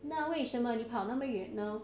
那为什么你跑那么远呢